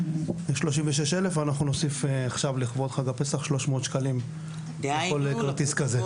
זה 36 אלף ואנחנו נוסיף עכשיו לכבוד חג הפסח 300 שקלים לכל כרטיס כזה.